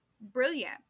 brilliant